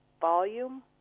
volume